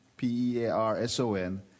P-E-A-R-S-O-N